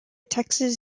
texas